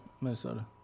Minnesota